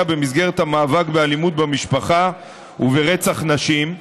במסגרת המאבק באלימות במשפחה וברצח נשים.